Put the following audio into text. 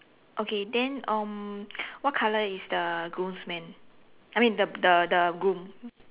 okay then um what color is the groomsman I mean the the the groom